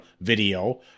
video